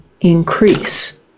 increase